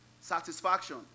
Satisfaction